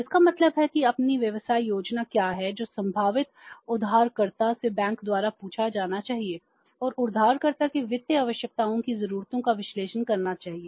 तो इसका मतलब है कि आपकी व्यवसाय योजना क्या है जो संभावित उधारकर्ता से बैंक द्वारा पूछा जाना चाहिए और उधारकर्ता की वित्तीय आवश्यकताओं की जरूरतों का विश्लेषण करना चाहिए